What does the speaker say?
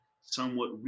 somewhat